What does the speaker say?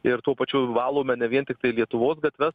ir tuo pačiu valome ne vien tiktai lietuvos gatves